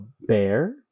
bear